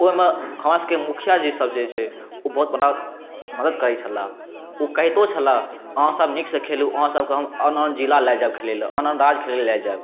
ओइमे हमरा सबके मुखिया जी सब जे छै ओ बहुत मदद करै छला ओ कहितो छला अहाँ सब नीकसँ खेलू अहाँ सबके हम आन आन जिला लऽ जायब खेलै लए आन आन राज्य खेलै लए लै जायब जायब